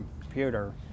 computer